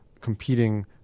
competing